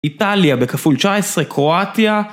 איטליה בכפול 19, קרואטיה